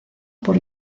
por